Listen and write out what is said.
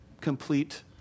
complete